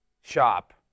shop